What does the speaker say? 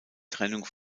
trennung